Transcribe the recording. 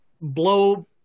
blow